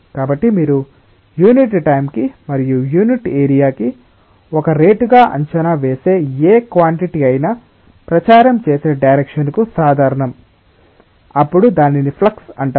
కాబట్టి మీరు unit time కి మరియు యూనిట్ ఏరియాకి ఒక రేటుగా అంచనా వేసే ఏ క్వాన్టిటీ అయినా ప్రచారం చేసే డైరెక్షన్ కు సాధారణం అప్పుడు దానిని ఫ్లక్స్ అంటారు